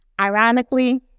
Ironically